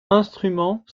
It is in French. instruments